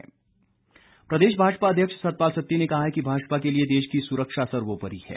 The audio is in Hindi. सत्ती प्रदेश भाजपा अध्यक्ष सतपाल सत्ती ने कहा है कि भाजपा के लिए देश की सुरक्षा सर्वोपरि है